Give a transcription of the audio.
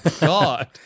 God